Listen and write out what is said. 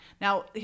Now